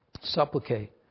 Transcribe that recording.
Supplicate